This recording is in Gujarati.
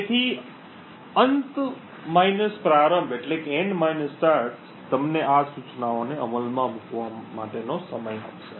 તેથી અંત પ્રારંભ તમને આ સૂચનાઓને અમલમાં મૂકવા માટેનો સમય આપશે